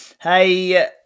Hey